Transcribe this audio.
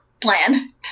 plan